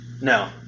No